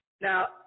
Now